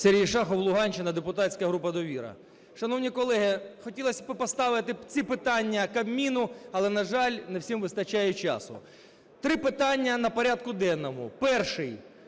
Сергій Шахов, Луганщина, депутатська група "Довіра". Шановні колеги, хотілося би поставити ці питання Кабміну, але, на жаль, не всім вистачає часу. Три питання на порядку денному. Перший